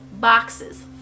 boxes